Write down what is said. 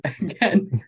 again